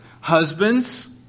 husbands